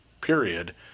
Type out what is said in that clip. period